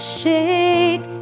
shake